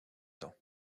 temps